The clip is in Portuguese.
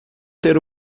ter